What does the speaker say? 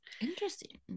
Interesting